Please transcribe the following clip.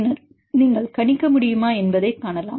பின்னர் நீங்கள் கணிக்க முடியுமா என்பதைக் காணலாம்